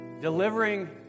Delivering